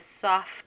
soft